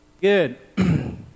Good